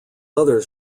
others